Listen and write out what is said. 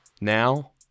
Now